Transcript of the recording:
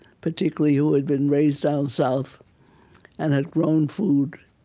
particularly who had been raised down south and had grown food,